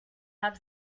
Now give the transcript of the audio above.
have